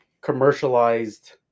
commercialized